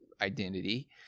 identity